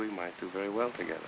we might do very well together